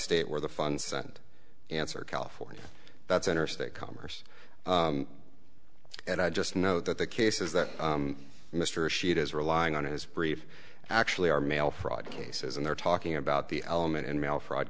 state where the funds sent answer california that's interstate commerce and i just know that the cases that mr rashid is relying on his brief actually are mail fraud cases and they're talking about the element in mail fr